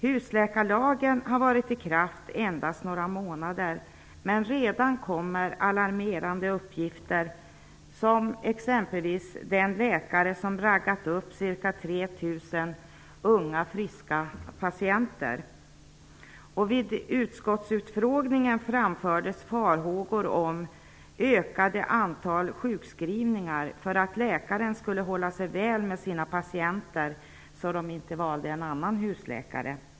Husläkarlagen har varit i kraft endast några månader, men det kommer redan alarmerande uppgifter. Ett exempel är uppgiften om att en läkare raggat upp ca 3 000 unga friska patienter. Vid utskottsutfrågningen framfördes farhågor om att läkare sjukskriver i ökad utsträckning för att hålla sig väl med sina patienter så att de inte väljer en annan husläkare.